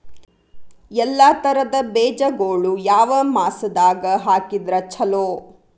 ಎಲ್ಲಾ ತರದ ಬೇಜಗೊಳು ಯಾವ ಮಾಸದಾಗ್ ಹಾಕಿದ್ರ ಛಲೋ?